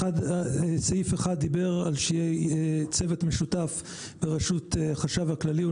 סעיף אחד דיבר על כך שיהיה צוות משותף בראשות החשב הכללי או